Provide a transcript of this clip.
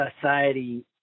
society